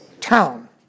town